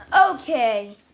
Okay